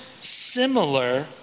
similar